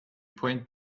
point